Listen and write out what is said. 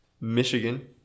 michigan